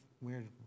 weird